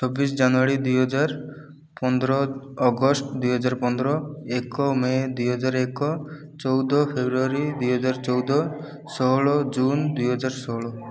ଛବିଶ୍ ଜାନୁଆରୀ ଦୁଇହଜାର୍ ପନ୍ଦ୍ର ଅଗଷ୍ଟ ଦୁଇହଜାର୍ ପନ୍ଦ୍ର ଏକ ମେ ଦୁଇହଜାର୍ ଏକ ଚଉଦ ଫେବୃଆରୀ ଦୁଇହଜାର୍ ଚଉଦ ଷୋହଳ ଜୁନ୍ ଦୁଇହଜାର୍ ଷୋହଳ